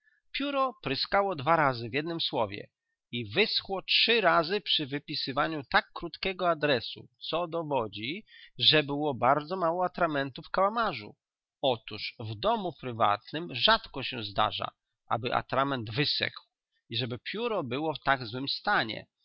pióro pryskało dwa razy w jednem słowie i wyschło trzy razy przy wypisywaniu tak krótkiego adresu co dowodzi że było bardzo mało atramentu w kałamarzu otóż w domu prywatnym rzadko się zdarza aby atrament wysechł i żeby pióro było w tak złym stanie